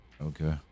Okay